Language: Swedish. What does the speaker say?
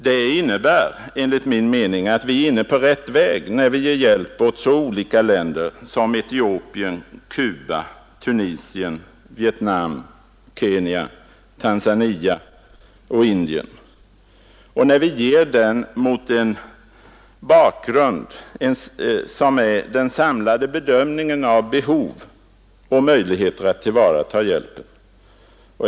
Detta innebär enligt min mening att vi är inne på rätt väg när vi ger hjälp åt så olika länder som Etiopien, Cuba, Tunisien, Vietnam, Kenya, Tanzania och Indien, och när vi ger den mot bakgrund av den samlade bedömningen av behov och möjligheter att tillvarata hjälpen.